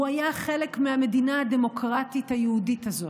הוא היה חלק מהמדינה הדמוקרטית היהודית הזאת.